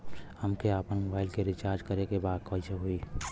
हमके आपन मोबाइल मे रिचार्ज करे के बा कैसे होई?